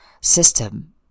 system